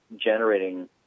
generating